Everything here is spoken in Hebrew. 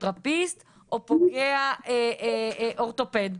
פיזיותרפיסט, או פוגע אורתופד.